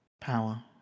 Power